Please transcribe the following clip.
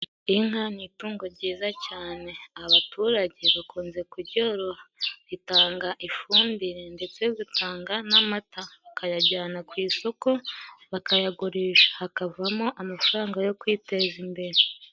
Inka ni itungo ryiza cyane abaturage bakunze kuryorora. Ritanga ifumbire ndetse zitanga n'amata, bakayajyana ku isoko bakayagurisha hakavamo amafaranga yo kwiteza imbere.